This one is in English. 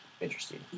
interesting